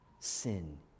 Sin